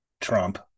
trump